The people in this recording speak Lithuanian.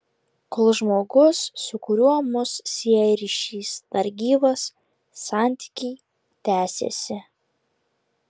kol žmogus su kuriuo mus sieja ryšys dar gyvas santykiai tęsiasi